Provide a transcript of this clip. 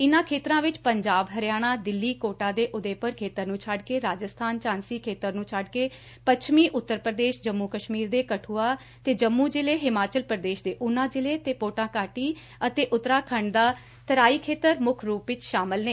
ਇਨਾਂ ਖੇਤਰਾਂ ਵਿਚ ਪੰਜਾਬ ਹਰਿਆਣਾ ਦਿੱਲੀ ਕੋਟਾ ਦੇ ਉਦੈਪੁਰ ਖੇਤਰ ਨੂੰ ਛੱਡਕੇ ਰਾਜਸਬਾਨ ਝਾਂਸੀ ਖੇਤਰ ਨੂੰ ਛੱਡ ਕੇ ਪੱਛਮੀ ਉੱਤਰ ਪ੍ਰਦੇਸ਼ ਜੰਮੁ ਕਸ਼ਮੀਰ ਦੇ ਕਠੁਆ ਤੇ ਜੰਮੁ ਜ਼ਿਲੇ ਹਿਮਾਚਲ ਪੁਦੇਸ਼ ਦੇ ਉਨਾ ਜ਼ਿਲੇ ਤੇ ਪੋਟਾ ਅਤੇ ਉਤਰਾਖੰਡ ਦਾ ਤਰਾਈ ਖੇਤਰ ਮੁੱਖ ਰੁਪ ਵਿਚ ਸ਼ਾਮਲ ਨੇ